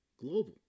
global